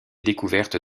découverte